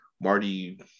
Marty